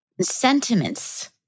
sentiments